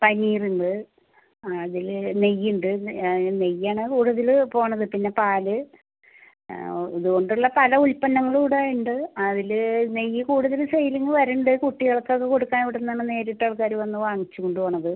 തൈരുണ്ട് ആ അതിൽ നെയ്യുണ്ട് നെയ്യാണ് കൂടുതൽ പോവുന്നത് പിന്നെ പാൽ ഇത് കൊണ്ടുള്ള പല ഉൽപ്പന്നങ്ങളും ഇവിടെയുണ്ട് അതിൽ നെയ്യ് കൂടുതൽ സെയിലിങ്ങ് വരുന്നുണ്ട് കുട്ടികൾക്കത് കൊടുക്കാൻ ഇവിടുന്നാണ് നേരിട്ട് ആൾക്കാർ വന്ന് വാങ്ങിച്ച് കൊണ്ടുപോവുന്നത്